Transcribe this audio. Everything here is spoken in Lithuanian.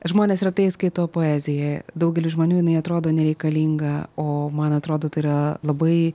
žmonės retai skaito poeziją daugeliui žmonių jinai atrodo nereikalinga o man atrodo tai yra labai